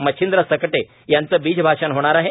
मच्छिंद्र सकटे यांचं बीजभाषण होणार आहे